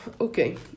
Okay